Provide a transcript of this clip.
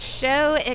show